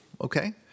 okay